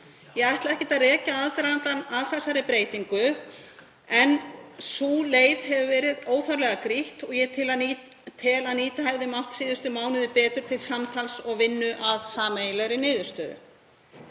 Ég ætla ekkert að rekja aðdragandann að þessari breytingu en sú leið hefur verið óþarflega grýtt og ég tel að nýta hefði mátt síðustu mánuði betur til samtals og vinnu að sameiginlegri niðurstöðu.